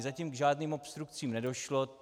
Zatím k žádným obstrukcím nedošlo.